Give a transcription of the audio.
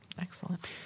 Excellent